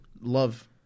Love